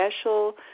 special